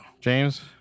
James